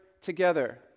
together